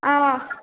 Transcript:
अऽ